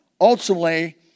Ultimately